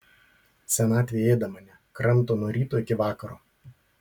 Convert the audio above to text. senatvė ėda mane kramto nuo ryto iki vakaro